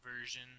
version